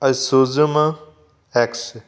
assume X